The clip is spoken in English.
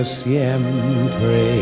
siempre